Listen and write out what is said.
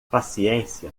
paciência